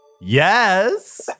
Yes